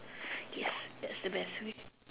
yes that's the best way